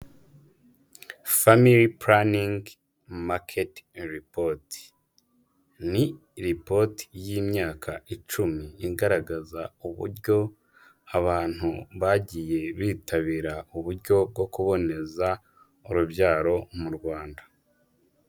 Family planning market report ni repot y'imyaka icumi, igaragaza uburyo abantu bagiye bitabira uburyo bwo kuboneza urubyaro mu Rwanda.